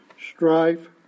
strife